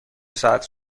ساعت